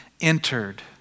entered